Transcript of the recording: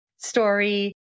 story